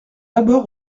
d’abord